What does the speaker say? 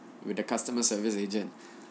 with the customer service agent